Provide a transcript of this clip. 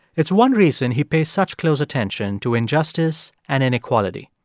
it's one reason he pays such close attention to injustice and inequality.